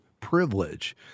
privilege